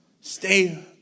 stay